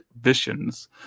visions